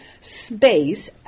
space